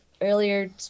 earlier